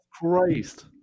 christ